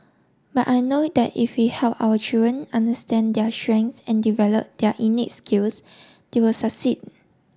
but I know that if we help our children understand their strengths and develop their innate skills they will succeed